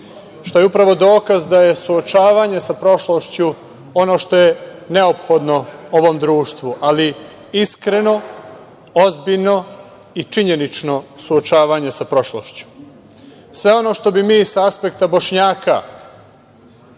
što je upravo dokaz da je suočavanje sa prošlošću ono što je neophodno ovom društvu, ali iskreno, ozbiljno i činjenično suočavanje sa prošlošću. Sve ono što bi mi sa aspekta Bošnjaka